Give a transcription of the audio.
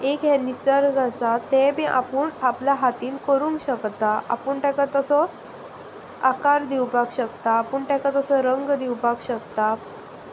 एक हें निसर्ग आसा तें बी आपूण आपल्या हातान करूंक शकता आपूण ताका तसो आकार दिवपाक शकता आपूण ताका तसो रंग दिवपाक शकता